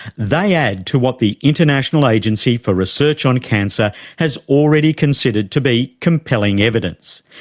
they add to what the international agency for research on cancer has already considered to be compelling evidence,